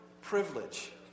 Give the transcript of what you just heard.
privilege